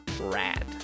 rad